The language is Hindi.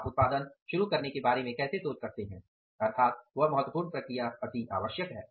आप उत्पादन शुरू करने के बारे में कैसे सोच सकते हैं अर्थात वह महत्वपूर्ण प्रक्रिया अति आवश्यक है